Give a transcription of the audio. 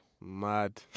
Mad